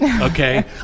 Okay